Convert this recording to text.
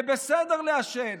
זה בסדר לעשן.